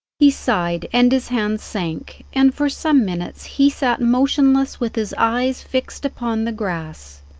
he sighed, and his hands sank, and for some minutes he sat motionless with his eyes fixed upon the grass.